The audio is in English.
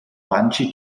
bungee